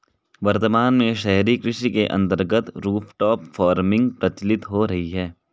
वर्तमान में शहरी कृषि के अंतर्गत रूफटॉप फार्मिंग प्रचलित हो रही है